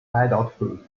adulthood